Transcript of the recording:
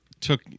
took